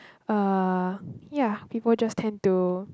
uh ya people just tend to